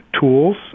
tools